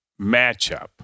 matchup